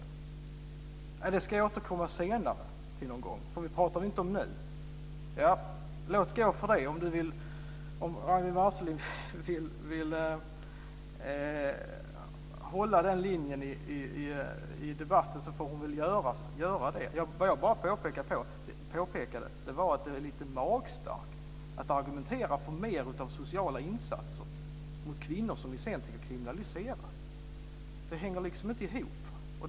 Hon säger: Det ska jag återkomma till senare någon gång, för det pratar vi inte om nu. Låt gå för det. Om Ragnwi Marcelind vill hålla den linjen i debatten får hon väl göra det. Vad jag påpekade var att det är lite magstrakt att argumentera för mer av sociala insatser för kvinnor som ni sedan tänker kriminalisera. Det hänger liksom inte ihop.